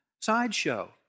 sideshow